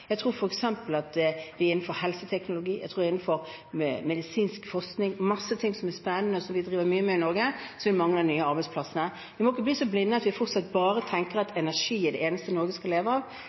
Jeg tror f.eks. at det er innenfor helseteknologi og medisinsk forskning – mange ting som er spennende, og som vi driver mye med i Norge – at mange av de nye arbeidsplassene vil komme. Vi må ikke bli så blinde at vi fortsatt bare tenker at energi er det eneste Norge skal leve av